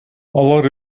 алар